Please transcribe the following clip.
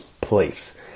place